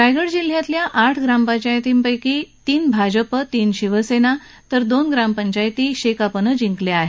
रायगड जिल्ह्यातल्या आठ ग्रामपंचायतींपैकी तीन भाजप तीन शिवसेना तर दोन ग्रामपंचायती शेकापनं जिंकल्या आहेत